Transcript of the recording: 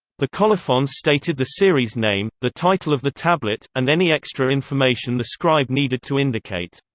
the colophons stated the series name, the title of the tablet, and any extra information the scribe needed to indicate.